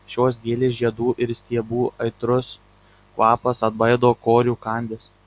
šios gėlės žiedų ir stiebų aitrus kvapas atbaido korių kandis